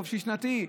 חופשי שנתי,